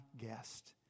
guest